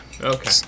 okay